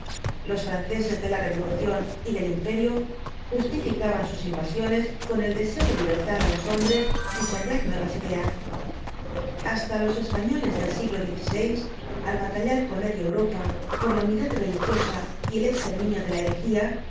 los franceses de la revolución y del imperio justificaban sus invasiones con el deseo de libertar á los hombres y sembrar nuevas ideas hasta los españoles del siglo xvi al batallar con media europa por la unidad religiosa y el exterminio de la